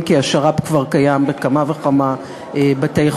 אם כי השר"פ כבר קיים בכמה וכמה בתי-חולים.